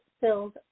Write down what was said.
filled